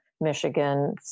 Michigan